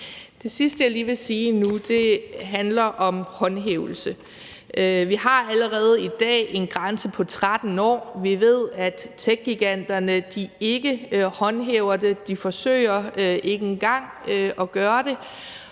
Det sidste, jeg lige vil sige nu, handler om håndhævelse. Vi har allerede i dag en grænse på 13 år. Vi ved, at techgiganterne ikke håndhæver det – de forsøger ikke engang at gøre det